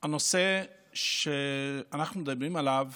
הנושא שאנחנו מדברים עליו